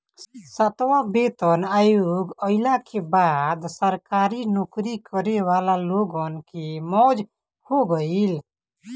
सातवां वेतन आयोग आईला के बाद सरकारी नोकरी करे वाला लोगन के मौज हो गईल